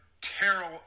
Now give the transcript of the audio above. Terrell